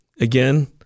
again